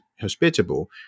hospitable